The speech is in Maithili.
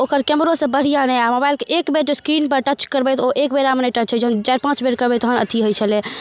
ओकर केमरो सब बढ़िया नहि आ मोबाइलके एक बेर जे एस्क्रीन पर टच करबै तऽ ओ एक बेरा मे नहि टच होइ छै जहन चारि पाँच बेर करबै तखन अथि होइ छलै